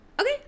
Okay